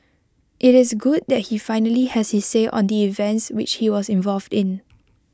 IT is good that he finally has his say on the events which he was involved in